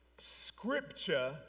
Scripture